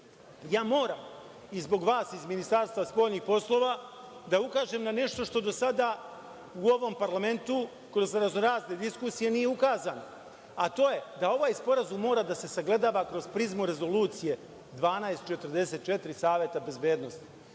moram, i zbog vas iz Ministarstva spoljnih poslova, da ukažem na nešto što do sada u ovom parlamentu kroz raznorazne diskusije nisu ukazane, a to je da ovaj sporazum mora da se sagledava kroz prizmu rezolucije 1244 Saveta bezbednosti.